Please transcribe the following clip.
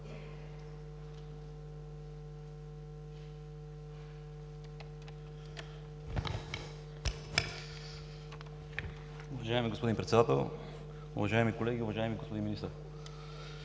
Уважаеми господин Председател, уважаеми колеги! Уважаеми господин Министър,